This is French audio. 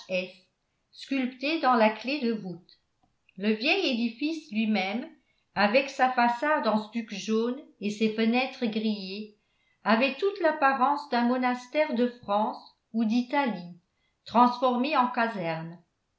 sculptées dans la clef de voûte le vieil édifice lui-même avec sa façade en stuc jaune et ses fenêtres grillées avait toute l'apparence d'un monastère de france ou d'italie transformé en caserne